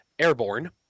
airborne